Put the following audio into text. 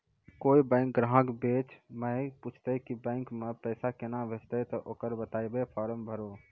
कोय बैंक ग्राहक बेंच माई पुछते की बैंक मे पेसा केना भेजेते ते ओकरा बताइबै फॉर्म भरो